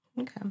okay